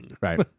Right